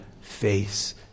face